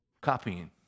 copying